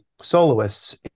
soloists